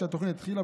כשהתוכנית התחילה,